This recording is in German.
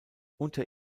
unter